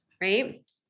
right